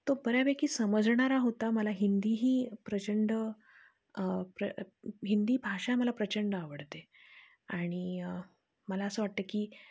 तो बऱ्यापैकी समजणारा होता मला हिंदीही प्रचंड प्र हिंदी भाषा मला प्रचंड आवडते आणि मला असं वाटतं की